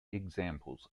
examples